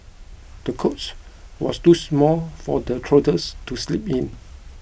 the cots was too small for the toddlers to sleep in